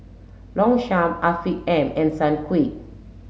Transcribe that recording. Longchamp Afiq M and Sunquick